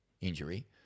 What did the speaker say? injury